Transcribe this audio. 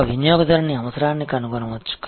ఒక వినియోగదారుని అవసరాన్ని కనుగొనవచ్చు